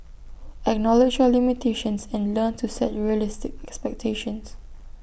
acknowledge your limitations and learn to set realistic expectations